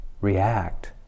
react